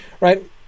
Right